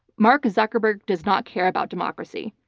mark zuckerberg does not care about democracy.